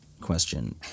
question